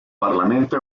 parlamento